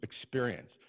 experience